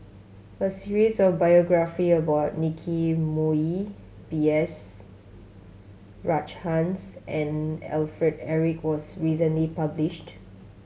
a series of biography about Nicky Moey B S Rajhans and Alfred Eric was recently published